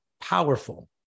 powerful